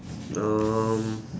um